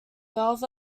velvet